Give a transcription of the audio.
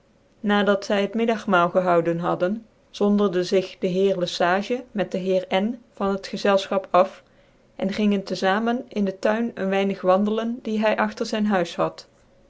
dat zy het middagmaal gehouden hadden zonderde zig dc heer le sage met de heer n vaa het gezelgefcbiedcms van fchap af cn gingen te famen in dett tuin een weinig wandelen die hy agtcr zyn huis had